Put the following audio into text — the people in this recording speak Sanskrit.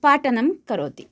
पाठनं करोति